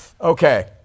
Okay